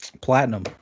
Platinum